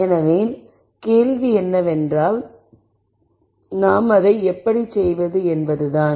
எனவே கேள்வி என்னவென்றால் நாம் அதை எப்படி செய்வது என்பதுதான்